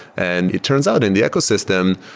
and it turns out in the ecosystem,